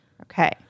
Okay